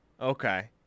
Okay